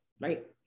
Right